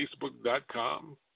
facebook.com